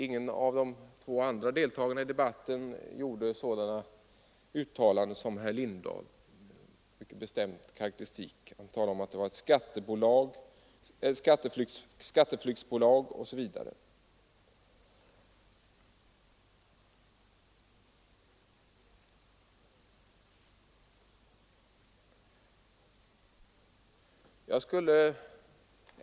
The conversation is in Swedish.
Ingen av de två andra deltagarna i debatten gjorde sådana uttalanden som herr Lindahl. Han talade om att det var ett skatteflyktsbolag osv.